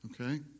Okay